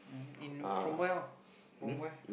um in from where [one] from where